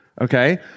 Okay